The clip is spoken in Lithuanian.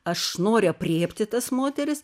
aš noriu aprėpti tas moteris